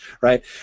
right